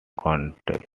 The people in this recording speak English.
contacts